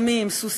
גם היא עם סוסים,